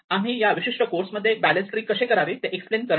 आम्ही या विशिष्ट कोर्समध्ये बॅलेन्स ट्री कसे करावे ते एक्सप्लेन करणार नाही